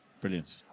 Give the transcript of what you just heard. Brilliant